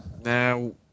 Now